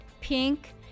pink